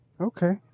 Okay